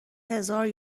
هزار